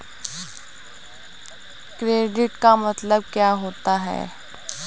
Credit का मतलब क्या होता है?